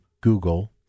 Google